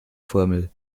formel